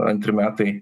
antri metai